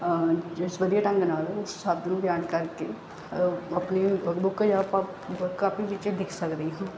ਜਿਸ ਵਧੀਆਂ ਢੰਗ ਨਾਲ ਸਭ ਨੂੰ ਬਿਆਨ ਕਰਕੇ ਆਪਣੀ ਬੁੱਕ ਜਾਂ ਆਪਾਂ ਕਾਫੀ ਵਿਚ ਲਿੱਖ ਸਕਦੇ ਹਾਂ